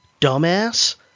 dumbass